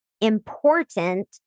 important